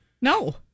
no